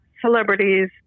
celebrities